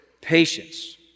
patience